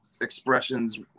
expressions